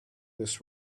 this